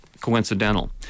coincidental